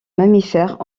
mammifères